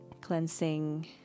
cleansing